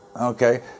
Okay